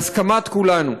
בהסכמת כולנו,